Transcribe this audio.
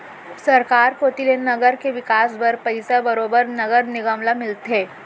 सरकार कोती ले नगर के बिकास बर पइसा बरोबर नगर निगम ल मिलथे